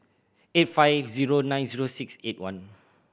eight five zero nine zero six eight one